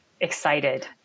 excited